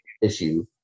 issue